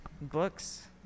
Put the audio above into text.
Books